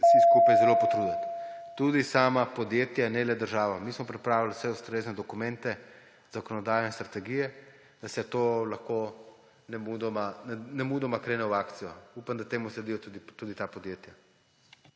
vsi skupaj zelo potruditi. Tudi sama podjetja, ne le država. Mi smo pripravili vse ustrezne dokumente, zakonodajne strategije, da se lahko nemudoma, nemudoma krene v akcijo. Upam, da temu sledijo tudi ta podjetja.